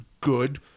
good